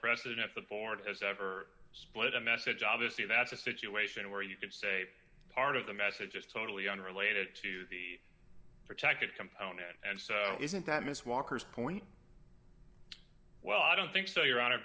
precedent at the board has ever split a message obviously that's a situation where you could say part of the message is totally unrelated to the protected component and so isn't that miss walker's point well i don't think so your hon